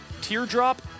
teardrop